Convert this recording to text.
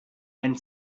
and